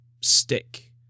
stick